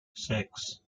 six